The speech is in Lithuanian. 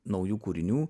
naujų kūrinių